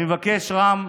אני מבקש, רם,